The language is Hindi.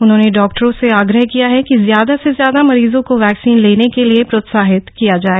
उन्होंने डॉक्टरों से आग्रह किया कि ज्यादा से ज्यादा मरीजों को वैक्सीन लेने के लिए प्रोत्साहित किया जाए